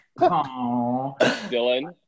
Dylan